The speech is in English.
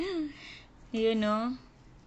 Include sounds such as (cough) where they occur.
(laughs) do you know